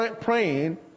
praying